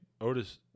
Otis